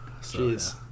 Jeez